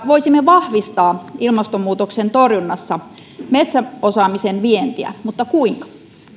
voisimme vahvistaa ilmastonmuutoksen torjunnassa metsäosaamisen vientiä mutta kuinka